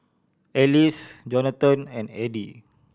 Alyce Jonatan and Eddy